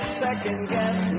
second-guess